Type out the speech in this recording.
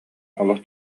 олох